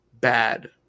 bad